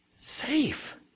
Safe